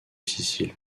sicile